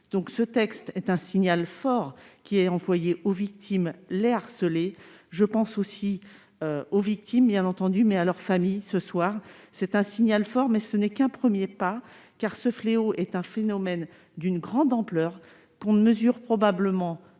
donc ce texte est un signal fort qui est envoyé aux victimes l'harcelé, je pense aussi aux victimes, bien entendu, mais à leur famille, ce soir, c'est un signal fort, mais ce n'est qu'un 1er pas car ce fléau est un phénomène d'une grande ampleur qu'on ne mesure probablement